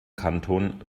kanton